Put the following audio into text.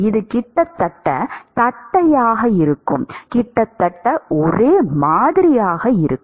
இது கிட்டத்தட்ட தட்டையாக இருக்கும் கிட்டத்தட்ட ஒரே மாதிரியாக இருக்கும்